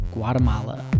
Guatemala